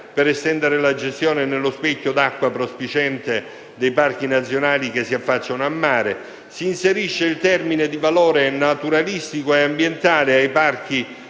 per estendere la gestione nello specchio d'acqua prospiciente dei parchi nazionali che si affacciano a mare, e della definizione «di valore naturalistico ed ambientale» ai parchi naturali